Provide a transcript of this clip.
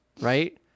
right